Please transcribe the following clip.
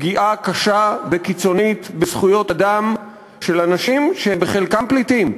פגיעה קשה וקיצונית בזכויות אדם של אנשים שחלקם פליטים,